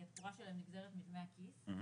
כי התקורה שלהם נגזרת מדמי הכיס.